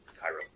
Cairo